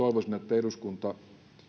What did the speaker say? eduskunta